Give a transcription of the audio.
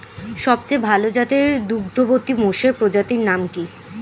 সবচেয়ে ভাল জাতের দুগ্ধবতী মোষের প্রজাতির নাম কি?